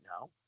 now